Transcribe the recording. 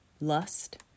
lust